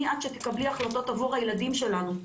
מי את שתקבלי החלטות עבור הילדים שלנו?